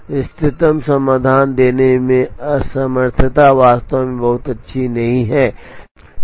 इष्टतम समाधान देने में असमर्थता वास्तव में बहुत अच्छी नहीं है